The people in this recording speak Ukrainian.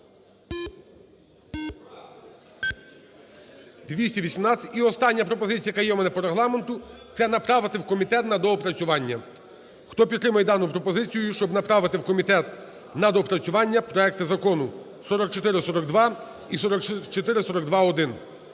За-218 І остання пропозиція, яка є у мене по Регламенту, це направити в комітет на доопрацювання. Хто підтримує дану пропозицію, щоб направити в комітет на доопрацювання проекти Закону 4442 і 4442-1,